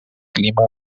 clima